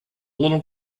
little